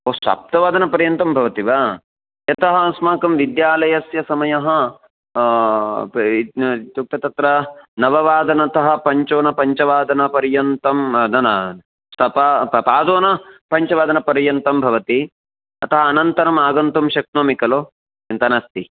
ओ सप्तवादनपर्यन्तं भवति वा यतः अस्माकं विद्यालयस्य समयः इत्युक्ते तत्र नववादनतः पञ्चोनपञ्चवादनपर्यन्तं न न सपाद पादोनपञ्चवादनपर्यन्तं भवति अतः अनन्तरम् आगन्तुं शक्नोमि खलु चिन्ता नास्ति